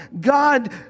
God